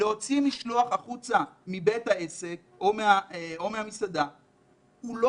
להוציא משלוח החוצה מבית העסק או מהמסעדה הוא לא